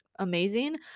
amazing